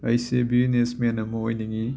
ꯑꯩꯁꯦ businessman ꯑꯃ ꯑꯣꯏꯅꯤꯡꯉꯤ